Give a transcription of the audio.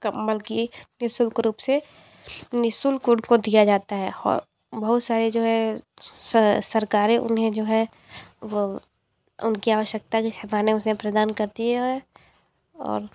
कमल की निःशुल्क रूप से निःशुल्क उनको दिया जाता है और बहुत सारे जो है सरकारे उन्हें जो हैं उनकी आवश्यकता सामने उसे प्रदान करती है और और